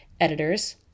editors